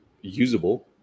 usable